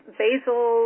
basil